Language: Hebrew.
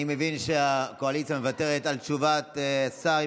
אני מבין שהקואליציה מוותרת על תשובת שר.